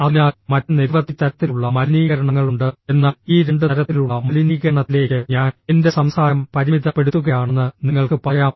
അതിനാൽ മറ്റ് നിരവധി തരത്തിലുള്ള മലിനീകരണങ്ങളുണ്ട് എന്നാൽ ഈ രണ്ട് തരത്തിലുള്ള മലിനീകരണത്തിലേക്ക് ഞാൻ എന്റെ സംസാരം പരിമിതപ്പെടുത്തുകയാണെന്ന് നിങ്ങൾക്ക് പറയാം